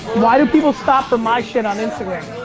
why do people stop for my shit on instagram?